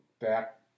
back